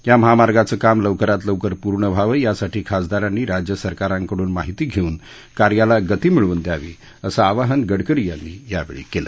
या महामार्गाचं काम लवकरात लवकर पूर्ण व्हावं यासाठी खासदारांनी राज्यसरकारांकडून माहिती घेऊन कार्याला गती मिळवून द्यावी असं आवाहन गडकरी यांनी यावेळी केलं